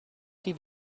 leave